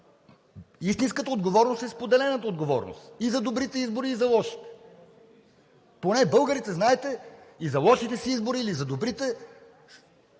истинската отговорност е споделената отговорност – и за добрите, и за лошите избори. Поне българите, знаете, и за лошите си избори или за добрите,